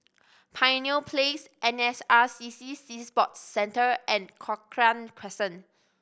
Pioneer Place N S R C C Sea Sports Centre and Cochrane Crescent